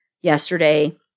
yesterday